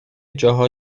جاها